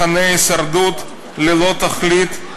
מחנה הישרדות ללא תכלית,